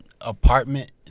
apartment